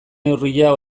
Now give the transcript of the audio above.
neurria